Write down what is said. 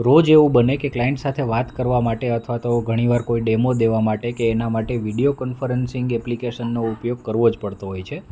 રોજ એવું બને કે ક્લાયન્ટ સાથે વાત કરવા માટે અથવા તો ઘણીવાર કોઈ ડેમો દેવા માટે કે એના માટે વિડિયો કોન્ફરન્સિંગ એપ્લિકેશનનો ઉપયોગ કરવો જ પડતો હોય છે